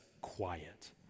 quiet